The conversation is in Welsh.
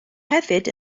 hefyd